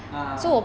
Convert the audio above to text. ah